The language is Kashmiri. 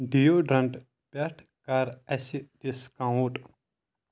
ڈِیوڈرٛنٛٹ پٮ۪ٹھ کر اسہِ ڈسکاونٹ